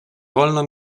wolno